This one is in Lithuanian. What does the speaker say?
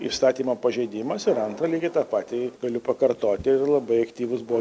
įstatymo pažeidimas ir antra lygiai tą patį galiu pakartoti ir labai aktyvus buvo